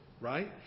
Right